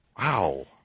Wow